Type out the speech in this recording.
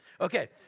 Okay